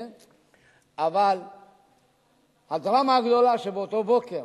אבל הדרמה הגדולה של אותו בוקר,